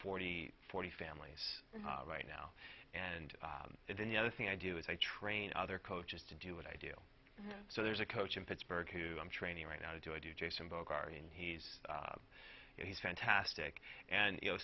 forty forty families right now and then the other thing i do is i train other coaches to do what i do so there's a coach in pittsburgh who i'm training right now to do i do jason bokhari and he's he's fantastic and you know